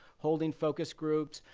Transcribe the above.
holding focus groups,